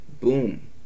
boom